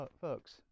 folks